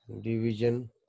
division